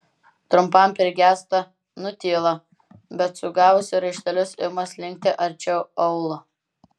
trumpam prigęsta nutyla bet sugavusi raištelius ima slinkti arčiau aulo